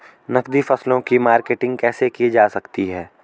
नकदी फसलों की मार्केटिंग कैसे की जा सकती है?